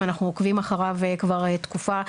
אנחנו עוקבים אחריו כבר תקופה.